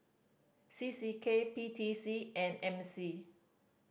C C K P T C and M C